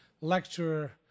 lecturer